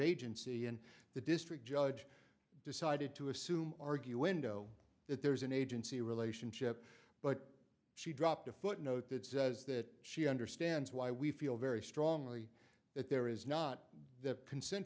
agency and the district judge decided to assume argue window that there is an agency relationship but she dropped a footnote that says that she understands why we feel very strongly that there is not the consent